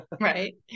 Right